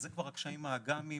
אלה קשיים אג"מים